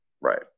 right